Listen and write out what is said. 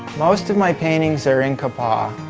most of my paintings are in kapaa,